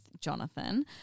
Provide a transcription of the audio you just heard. Jonathan